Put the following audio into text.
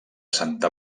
santa